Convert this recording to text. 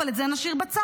אבל את זה נשאיר בצד.